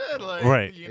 Right